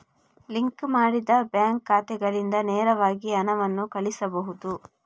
link ಮಾಡಿದ bank ಖಾತೆಗಳಿಂದ ನೇರವಾಗಿ ಹಣವನ್ನು ಕಳುಹಿಸಬಹುದು